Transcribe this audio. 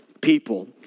people